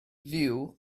fyw